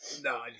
No